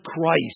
Christ